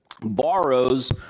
borrows